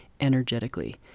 energetically